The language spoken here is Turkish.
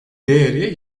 değeri